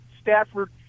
Stafford